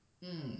mm